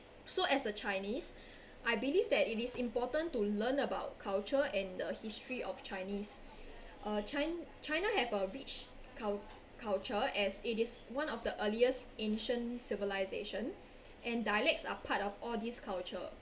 so as a chinese I believe that it is important to learn about culture and the history of chinese uh chi~ china have a rich cul~ culture as it is one of the earliest ancient civilisation and dialects are part of all these culture